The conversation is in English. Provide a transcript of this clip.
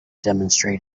demonstrate